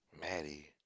Maddie